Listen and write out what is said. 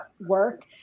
work